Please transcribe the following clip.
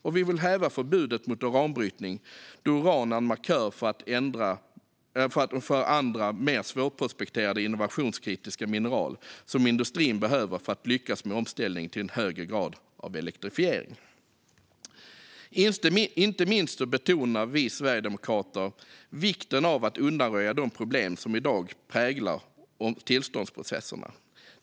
Vi vill även häva förbudet mot uranbrytning, då uran är en markör för andra, mer svårprospekterade innovationskritiska mineral som industrin behöver för att lyckas med omställningen till en högre grad av elektrifiering. Inte minst betonar vi sverigedemokrater vikten av att undanröja de problem som i dag präglar tillståndsprocesserna.